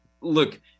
Look